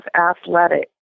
athletic